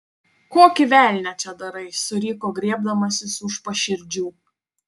kokį velnią čia darai suriko griebdamasis už paširdžių